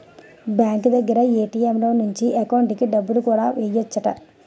bank దగ్గర ATM లో నుంచి ఎకౌంటుకి డబ్బులు కూడా ఎయ్యెచ్చట